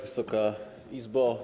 Wysoka Izbo!